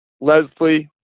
Leslie